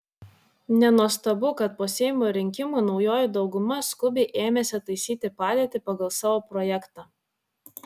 nenuostabu kad po seimo rinkimų naujoji dauguma skubiai ėmėsi taisyti padėtį pagal savo projektą